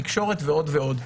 תקשורת ועוד ועוד.